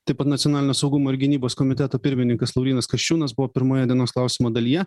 taip pat nacionalinio saugumo ir gynybos komiteto pirmininkas laurynas kasčiūnas buvo pirmoje dienos klausimo dalyje